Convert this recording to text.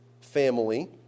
family